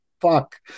fuck